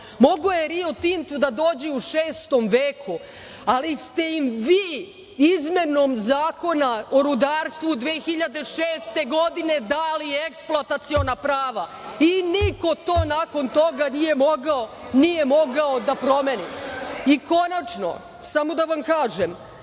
Mogao je Rio Tinto da dođe u šestom veku, ali ste im vi izmenom Zakona o rudarstvu 2006. godine dali eksploataciona prava i niko to nakon toga nije mogao da promeni. Konačno, samo da vam kažem,